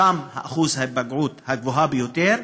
ששם אחוז ההיפגעות הגבוה ביותר,